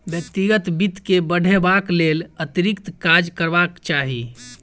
व्यक्तिगत वित्त के बढ़यबाक लेल अतिरिक्त काज करबाक चाही